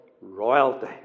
royalty